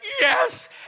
yes